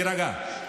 תירגע.